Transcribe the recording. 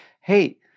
hey